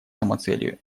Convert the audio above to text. самоцелью